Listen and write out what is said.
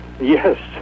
Yes